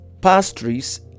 pastries